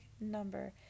number